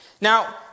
Now